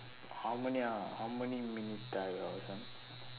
how many ah how many minutes